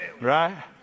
Right